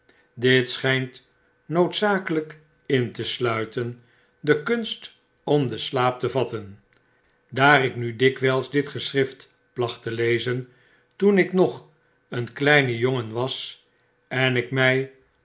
dit schynt noodzakelijkin tesluitende kunst om den slaap te vatten daar ik nu dikwylsdit geschrift placht te lezen toen ik nog een kleine jongen was en ik my